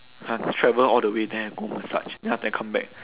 !huh! travel all the way there go massage then after that come back